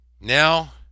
now